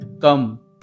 Come